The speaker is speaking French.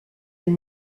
elle